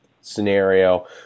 scenario